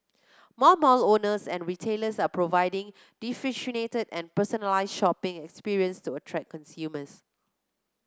more mall owners and retailers are providing differentiated and personalise shopping experiences to attract consumers